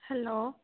hello